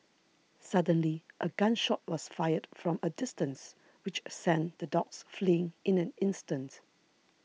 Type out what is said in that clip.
suddenly a gun shot was fired from a distance which sent the dogs fleeing in an instant